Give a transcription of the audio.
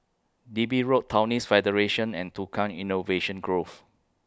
Digby Road Taoist Federation and Tukang Innovation Grove